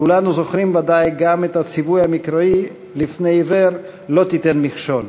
כולנו זוכרים בוודאי גם את הציווי המקראי "ולפני עור לא תתן מכשֹל".